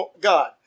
God